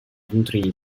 внутренние